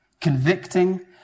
convicting